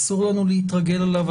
אסור לנו להתרגל אליו,